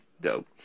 dope